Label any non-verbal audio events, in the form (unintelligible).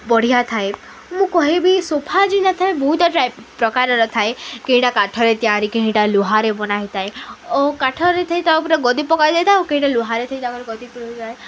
ବଢ଼ିଆ ଥାଏ ମୁଁ କହିବି ସୋଫା (unintelligible) ନଥାଏ ବହୁତ ପ୍ରକାରର ଥାଏ କେହିଟା କାଠରେ ତିଆରି କେହିଟା ଲୁହାରେ ବନା ହେଇଥାଏ ଓ କାଠରେ ଥାଇ ତା ଉପରେ ଗଦି ପକାଯାଇ ଥାଏ ଆଉ କେହିଟା ଲୁହାରେ (unintelligible) ତା'ର ଗଦି (unintelligible)